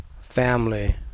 family